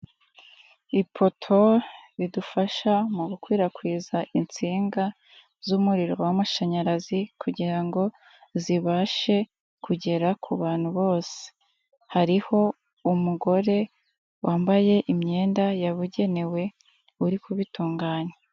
Ipoto ridufasha mu gukwirakwiza insinga z'umuriro w'amashanyarazi kugira ngo zibashe kugera ku bantu bose. Hariho umugore wambaye imyenda yabugenewe uri kubitunganya.